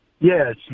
yes